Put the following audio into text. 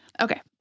Okay